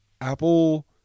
Apple